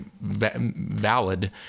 valid